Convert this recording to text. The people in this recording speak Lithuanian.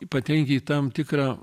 patenki į tam tikrą